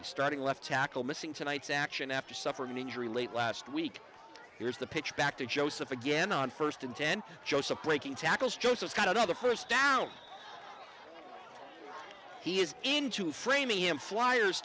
starting left tackle missing tonight's action after suffering an injury late last week here's the pitch back to joseph again and first in ten joseph breaking tackles joseph got out the first down he is into framingham flyers